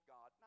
God